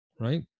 right